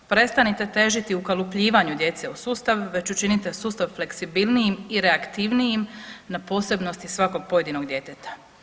Prestanite težiti ukalupljivanju djece u sustav, već učinite sustav fleksibilnijim i reaktivnijim na posebnosti svakog pojedinog djeteta.